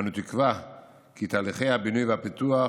אנו תקווה כי תהליכי הבינוי והפיתוח